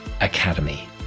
Academy